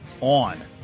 on